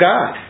God